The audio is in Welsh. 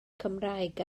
cymraeg